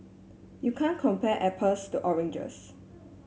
you can't compare apples to oranges